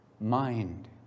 mind